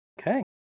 okay